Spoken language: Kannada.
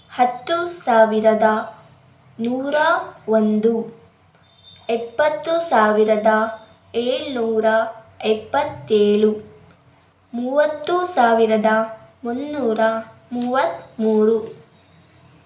ಹತ್ತು ಸಾವಿರದ ನೂರ ಒಂದು ಎಪ್ಪತ್ತು ಸಾವಿರದ ಏಳ್ನೂರ ಎಪ್ಪತ್ತೇಳು ಮೂವತ್ತು ಸಾವಿರದ ಮುನ್ನೂರ ಮೂವತ್ತ ಮೂರು